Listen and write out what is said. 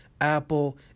Apple